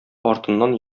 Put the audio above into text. артыннан